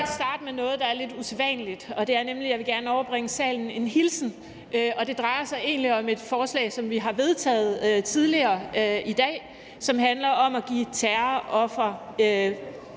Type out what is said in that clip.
lige starte med noget, der er lidt usædvanligt, og det er nemlig, at jeg gerne vil overbringe salen en hilsen, og det drejer sig egentlig om et forslag, som vi har vedtaget tidligere i dag, og som handler om at give ofre for